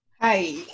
hi